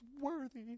worthy